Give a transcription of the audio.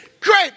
Great